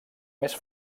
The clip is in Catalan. més